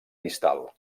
distal